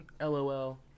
LOL